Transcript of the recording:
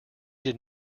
did